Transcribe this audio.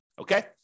Okay